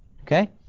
Okay